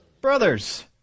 Brothers